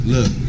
Look